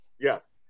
Yes